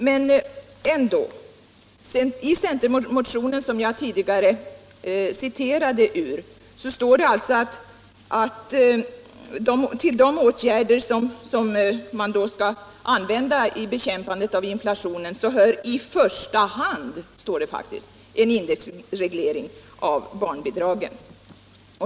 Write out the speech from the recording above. Men ändå: i den centermotion som jag tidigare citerade ur står det alltså att till de åtgärder som skall användas vid bekämpandet av inflationen hör i första hand — så står det faktiskt — en indexreglering av barnbidragen.